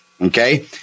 Okay